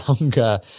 longer